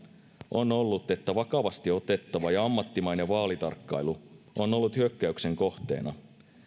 on ollut että vakavasti otettava ja ammattimainen vaalitarkkailu on ollut hyökkäyksen kohteena